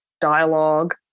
dialogue